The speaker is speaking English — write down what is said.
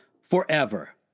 forever